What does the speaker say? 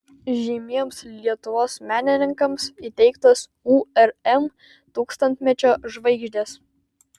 žymiems lietuvos menininkams įteiktos urm tūkstantmečio žvaigždės